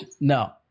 No